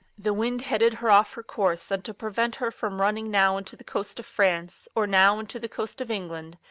the wind headed her off her course, and to prevent her from running now into the coast of france, or now into the coast of england,